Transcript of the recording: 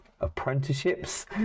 apprenticeships